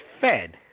Fed